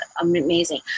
amazing